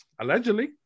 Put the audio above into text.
Allegedly